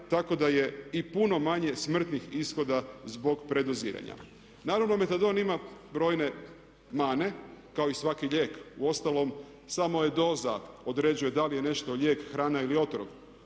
tako da je i puno manje smrtnih ishoda zbog predoziranja. Naravno metadon ima brojne mane kao i svaki lijek. Uostalom, samo je doza određuje da li je nešto lijek, hrana ili otrov.